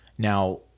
Now